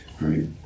right